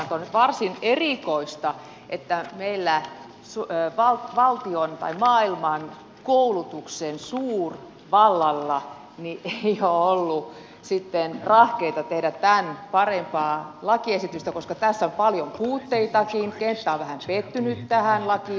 on varsin erikoista että meillä ei sure vaan valtio tai maailmaan maailman koulutuksen suurvallalla ei ole ollut sitten rahkeita tehdä tämän parempaa lakiesitystä tässä on paljon puutteitakin kenttä on vähän pettynyt tähän lakiin